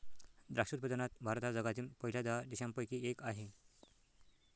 द्राक्ष उत्पादनात भारत हा जगातील पहिल्या दहा देशांपैकी एक आहे